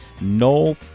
No